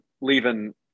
leaving